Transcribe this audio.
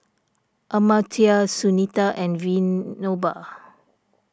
Amartya Sunita and Vinoba